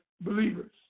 believers